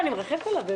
אני מרחמת עליו.